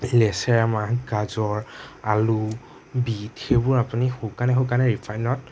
লেচেৰা মাহ গাজৰ আলু বিট সেইবোৰ আপুনি শুকানে শুকানে ৰিফাইনত